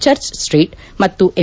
church ಸ್ನೀಟ್ ಮತ್ತು M